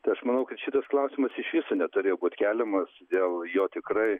tai aš manau kad šitas klausimas iš viso neturėjo būt keliamos dėl jo tikrai